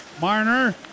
Marner